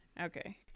Okay